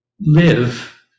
live